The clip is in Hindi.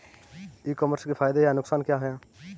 ई कॉमर्स के फायदे या नुकसान क्या क्या हैं?